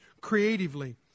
creatively